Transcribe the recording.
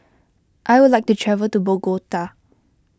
I would like to travel to Bogota